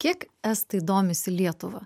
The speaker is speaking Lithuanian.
kiek estai domisi lietuva